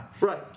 Right